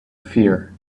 fear